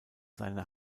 seine